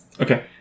Okay